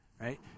Right